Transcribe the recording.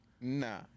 Nah